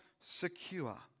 secure